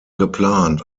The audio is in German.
geplant